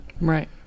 Right